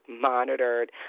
monitored